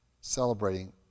celebrating